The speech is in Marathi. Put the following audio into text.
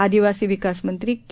आदिवासी विकास मंत्री के